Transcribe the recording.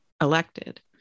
elected